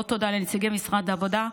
עוד תודה לנציגי משרד העבודה,